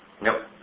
Nope